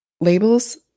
Labels